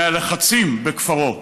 ומהלחצים בכפרו,